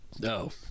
no